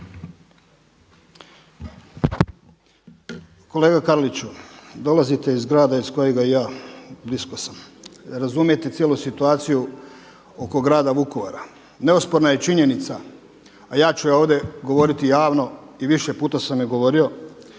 Kolega Karliću, dolazite iz grada iz kojega i ja blisko sam, razumijete cijelu situaciju oko grada Vukovara. Neosporna je činjenica, a ja ću ovdje govoriti javno i više puta sam i govorio